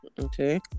okay